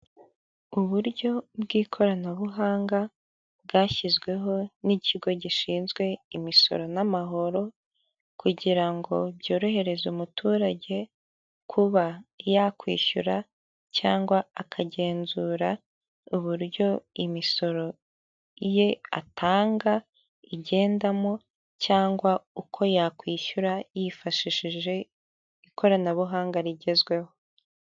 Uburyo bw'ikoranabuhanga bwashyizweho n'ikigo gishinzwe imisoro n'amahoro, kugira ngo byorohereze umuturage kuba yakwishyura cyangwa akagenzura uburyo imisoro ye atanga igendamo cyangwa uko yakwishyura yifashishije ikoranabuhanga rigezweho.